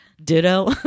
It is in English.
ditto